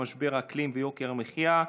משבר האקלים ויוקר המחיה,